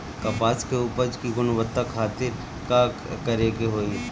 कपास के उपज की गुणवत्ता खातिर का करेके होई?